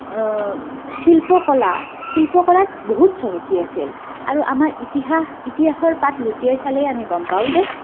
শিল্পকলা শিল্পকলাত বহুত চহকী আছিল আৰু আমাৰ ইতিহাস ইতিহাসৰ পাত লুটিয়াই চালেই আমি গম পাওঁ যে